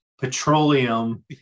petroleum